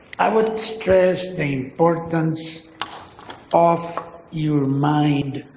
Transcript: i would stress the importance of your mind,